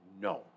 No